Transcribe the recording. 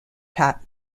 pat